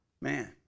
man